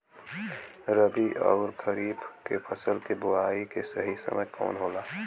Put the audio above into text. रबी अउर खरीफ के फसल के बोआई के सही समय कवन होला?